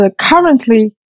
currently